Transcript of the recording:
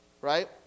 Right